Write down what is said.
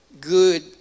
good